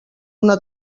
una